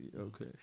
okay